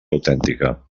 autèntica